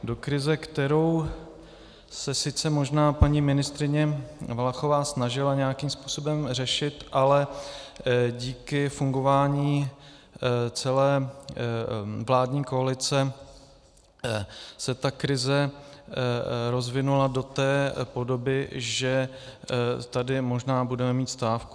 Do krize, kterou se sice možná paní ministryně Valachová snažila nějakým způsobem řešit, ale díky fungování celé vládní koalice se ta krize rozvinula do té podoby, že tady možná budeme mít stávku.